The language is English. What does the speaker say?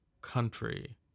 country